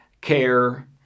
care